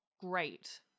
great